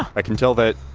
i can tell that,